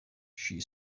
she